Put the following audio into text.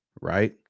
right